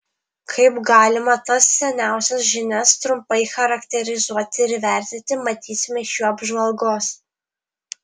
kaip galima tas seniausias žinias trumpai charakterizuoti ir įvertinti matysime iš jų apžvalgos